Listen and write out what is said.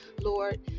lord